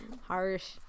Harsh